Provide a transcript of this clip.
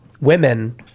women